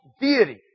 deity